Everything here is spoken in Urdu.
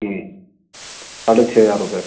ہوں ساڑھے چھ ہزار روپئے